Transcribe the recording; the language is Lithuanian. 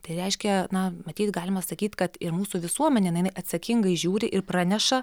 tai reiškia na matyt galima sakyt kad ir mūsų visuomenė jinai atsakingai žiūri ir praneša